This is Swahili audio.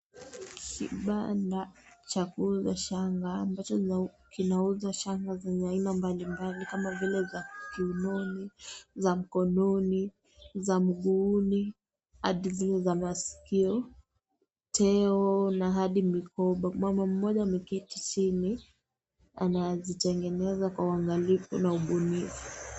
Kibanda cha kuuza shanga. Kinauza shanga zenye aina mbalimbali kama vile za kiunoni, za mkononi, za mguuni, hadi zile za maskioni, teo, na hadi mikoba. Mama mmoja ameketi chini, anazitengeneza kwa uangalifu na ubunifu.